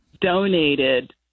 donated